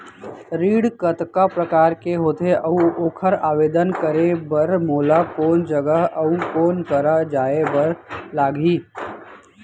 ऋण कतका प्रकार के होथे अऊ ओखर आवेदन करे बर मोला कोन जगह अऊ कोन करा जाए बर लागही?